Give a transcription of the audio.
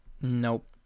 Nope